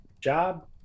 job